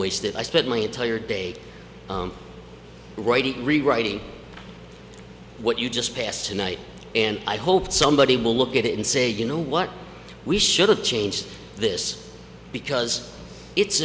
waste it i spent my entire day writing rewriting what you just passed to night and i hope somebody will look at it and say you know what we should have changed this because it's